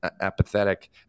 apathetic